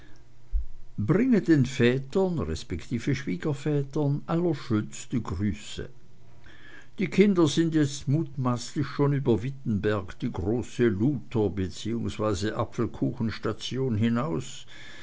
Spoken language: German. bringe den vätern respektive schwiegervätern allerschönste grüße die kinder sind jetzt mutmaßlich schon über wittenberg die große luther beziehungsweise apfelkuchenstation hinaus